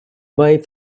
buy